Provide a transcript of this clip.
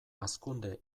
hazkunde